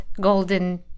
golden